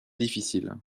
difficile